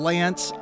Lance